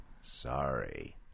Sorry